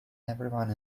everyone